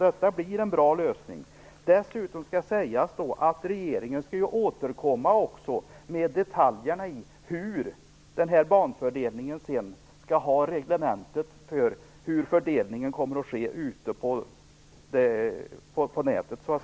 Detta blir en bra lösning. Dessutom skall sägas att regeringen också skall återkomma med detaljerna i fråga om reglemente för banfördelningen ute på nätet.